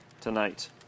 tonight